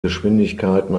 geschwindigkeiten